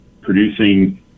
producing